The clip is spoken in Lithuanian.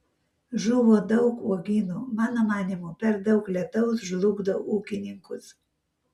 žuvo daug uogynų mano manymu per daug lietaus žlugdo ūkininkus